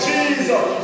Jesus